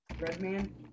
Redman